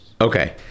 Okay